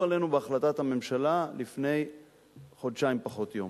עלינו בהחלטת הממשלה לפני חודשיים פחות יום,